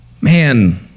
Man